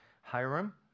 Hiram